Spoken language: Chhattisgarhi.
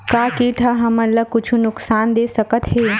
का कीट ह हमन ला कुछु नुकसान दे सकत हे?